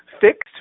fixed